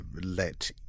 let